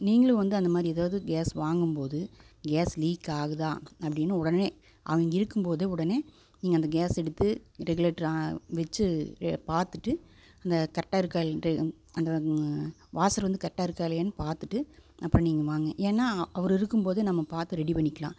நீங்களும் வந்து அந்த மாதிரி ஏதாவது கேஸ் வாங்கும்போது கேஸ் லீக் ஆகுதா அப்படினு உடனே அவங்க இருக்கும்போதே உடனே நீங்கள் அந்த கேஸ் எடுத்து ரெகுலேட்டர் வச்சு பார்த்துட்டு அந்த கரெக்டாக இருக்கா என்று அந்த வாசர் வந்து கரெக்டாக இருக்கா இல்லையானு பார்த்துட்டு அப்புறம் நீங்கள் ஏன்னால் அவர் இருக்கும்போது நம்ம பார்த்து ரெடி பண்ணிக்கலாம்